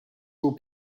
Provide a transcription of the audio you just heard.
will